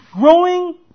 growing